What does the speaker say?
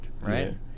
right